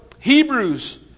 Hebrews